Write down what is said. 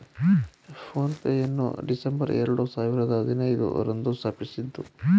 phone pay ಯನ್ನು December ಎರಡು ಸಾವಿರದ ಹದಿನೈದು ರಂದು ಸ್ಥಾಪಿಸಿದ್ದ್ರು